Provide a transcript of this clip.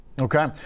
Okay